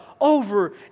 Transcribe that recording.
over